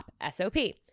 S-O-P